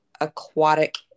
aquatic